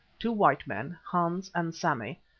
two white men, hans and sammy,